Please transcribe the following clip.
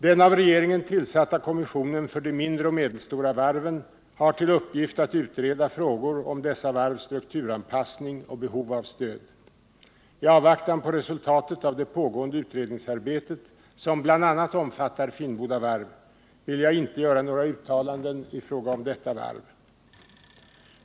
Den av regeringen tillsatta kommissionen för de mindre och medelstora varven har till uppgift att utreda frågor om dessa varvs strukturanpassning och behov av stöd. I avvaktan på resultatet av det pågående utredningsarbetet, som bl.a. omfattar Finnboda Varv, vill jag inte göra några uttalanden i fråga om detta varv.